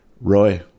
Roy